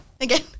Again